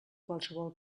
qualsevol